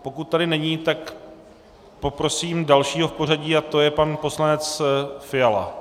Pokud tady není, tak poprosím dalšího v pořadí a to je pan poslanec Fiala.